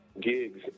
gigs